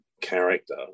character